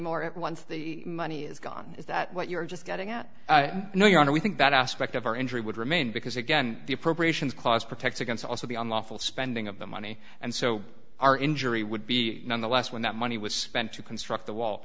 anymore at once the money is gone is that what you're just getting at no your honor we think that aspect of our injury would remain because again the appropriations clause protects against also the unlawful spending of the money and so our injury would be none the less when that money was spent to construct the wall